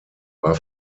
war